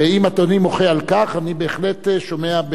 אם אדוני מוחה על כך אני בהחלט שומע.